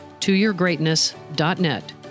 toyourgreatness.net